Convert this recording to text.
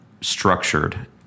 structured